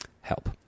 Help